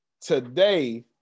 Today